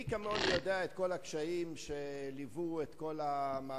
מי כמוני יודע את כל הקשיים שליוו את כל המהלכים